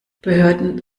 behörden